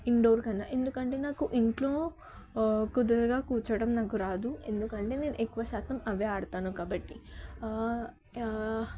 indoor కన్నా ఎందుకంటే నాకు ఇంట్లో కుదురుగా కూర్చోడం నాకు రాదు ఎందుకంటే నేను ఎక్కువ శాతం అవి ఆడతాను కాబట్టి